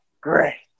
Great